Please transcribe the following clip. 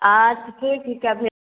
अच्छा ठीक हीकै भेज